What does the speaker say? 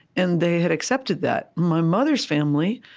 and they had accepted that. my mother's family,